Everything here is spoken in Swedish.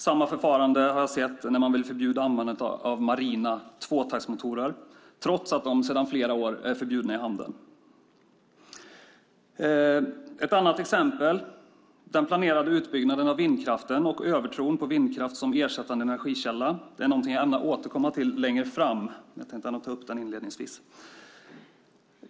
Samma förfarande har jag sett när man vill förbjuda användandet av marina tvåtaktsmotorer trots att de sedan flera år är förbjudna i handeln. Ett annat exempel är den planerade utbyggnaden av vindkraften och övertron på vindkraften som ersättande energikälla. Det är något jag gärna återkommer till längre fram, men jag tänkte ändå ta upp det inledningsvis.